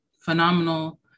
phenomenal